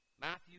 Matthew